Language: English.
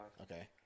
Okay